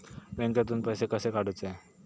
बँकेतून पैसे कसे काढूचे?